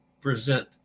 present